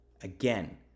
Again